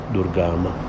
Durgama